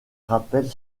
rappelle